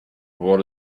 what